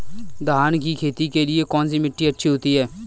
धान की खेती के लिए कौनसी मिट्टी अच्छी होती है?